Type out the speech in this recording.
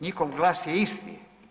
Njihov glas je isti.